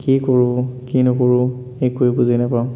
কি কৰোঁ কি নকৰোঁ একোৱেই বুজি নাপাওঁ